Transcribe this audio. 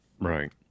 Right